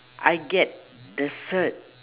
I get the cert